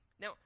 Now